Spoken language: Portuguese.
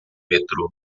metrô